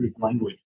language